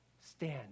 stand